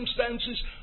circumstances